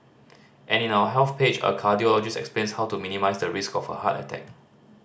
and in our Health page a cardiologist explains how to minimise the risk of a heart attack